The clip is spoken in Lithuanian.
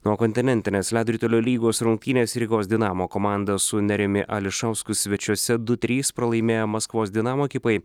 o kontinentinės ledo ritulio lygos rungtynės rygos dinamo komanda su nerijumi ališausku svečiuose du trys pralaimėjo maskvos dinamo ekipai